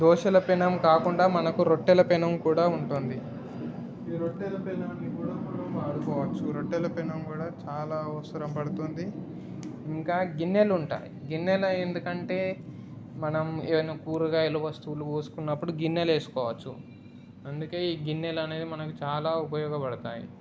దోశల పెనం కాకుండా మనకి రొట్టెల పెనం కూడా ఉంటుంది ఈ రొట్టెల పెనాన్ని కూడా మనం వాడుకోవచ్చు ఈ రొట్టెల పెనం కూడా చాలా అవసరం పడుతుంది ఇంకా గిన్నెలుంటాయి గిన్నెలు ఎందుకంటే మనం ఏమైనా కూరగాయలు వస్తువులు పోసుకున్నప్పుడు గిన్నెలో వేసుకోవచ్చు అందుకే ఈ గిన్నెలు అనేవి మనకి చాలా ఉపయోగపడతాయి